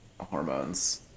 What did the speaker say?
hormones